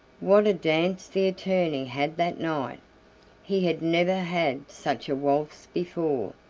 what a dance the attorney had that night! he had never had such a waltz before,